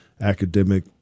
academic